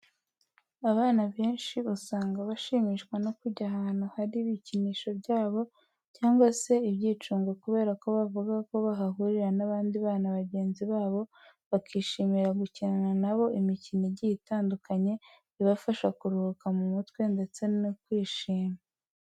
Abana benshi usanga bashimishwa no kujya ahantu hari ibikinisho byabo cyangwa se ibyicungo kubera ko bavuga ko bahahurira n'abandi bana bagenzi babo bakishimira gukinana na bo imikino igiye itandukanye ibafasha kuruhuka mu mutwe ndetse no kwishima.